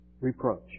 reproach